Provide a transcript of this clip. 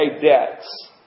debts